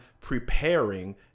preparing